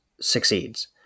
succeeds